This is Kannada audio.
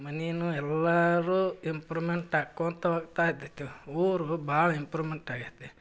ಮನೆನೂ ಎಲ್ಲರೂ ಇಂಪ್ರೂವ್ಮೆಂಟ್ ಆಕ್ಕೊತ ಹೋಗ್ತಾಯಿದ್ದಿತ್ತು ಊರು ಭಾಳ ಇಂಪ್ರೂವ್ಮೆಂಟ್ ಆಗೈತಿ